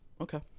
okay